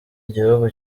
igihugu